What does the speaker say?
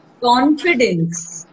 confidence